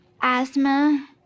Asthma